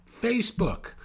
Facebook